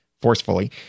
forcefully